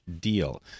deal